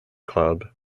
club